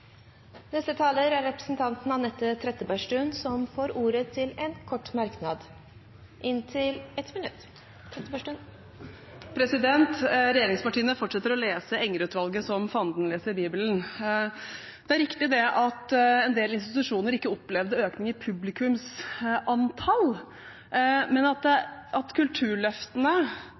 får ordet til en kort merknad, begrenset til 1 minutt. Regjeringspartiene fortsetter å lese Enger-utvalget som fanden leser Bibelen. Det er riktig at en del institusjoner ikke opplevde økning i publikumsantall, men at kulturløftene gjorde at